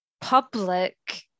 public